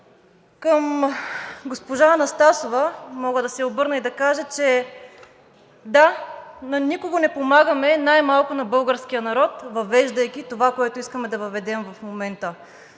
Към госпожа Анастасова мога да се обърна и да кажа, че да, на никого не помагаме, най-малко на българския народ, въвеждайки това, което искаме да въведем в момента.